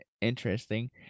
interesting